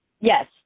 Yes